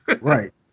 Right